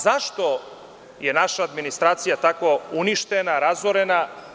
Zašto je naša administracija tako uništena, razorena?